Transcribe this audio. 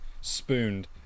spooned